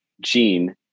gene